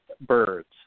birds